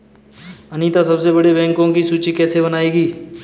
अनीता सबसे बड़े बैंकों की सूची कैसे बनायेगी?